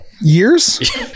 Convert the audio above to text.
Years